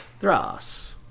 Thras